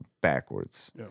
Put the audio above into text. backwards